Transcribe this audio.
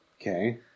okay